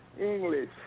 English